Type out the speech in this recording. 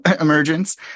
emergence